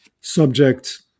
subject